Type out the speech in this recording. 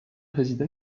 réside